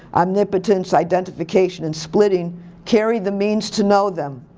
omnipotence, identification, and splitting carry the means to know them.